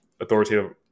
authoritative